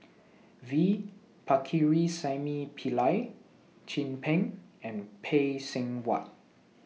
V Pakirisamy Pillai Chin Peng and Phay Seng Whatt